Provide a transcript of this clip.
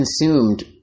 consumed